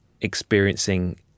experiencing